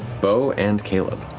beau and caleb.